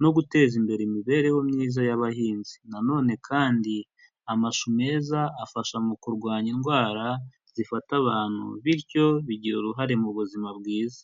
no guteza imbere imibereho myiza y'abahinzi, nanone kandi, amashu meza afasha mu kurwanya indwara zifata abantu, bityo bigira uruhare mu buzima bwiza.